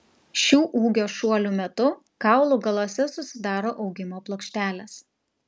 šių ūgio šuolių metu kaulų galuose susidaro augimo plokštelės